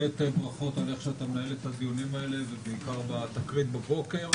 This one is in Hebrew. ברכות על איך שאתה מנהל את הדיונים האלה ובעיקר בגין התקרית הבוקר.